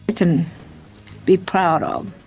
can be proud um